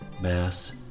mass